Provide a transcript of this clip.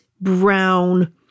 brown